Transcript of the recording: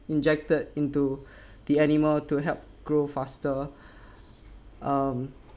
injected into the animal to help grow faster um